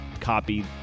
copy